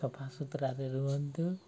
ସଫାସୁତୁରାରେ ରୁହନ୍ତୁ